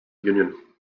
union